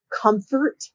comfort